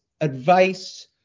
advice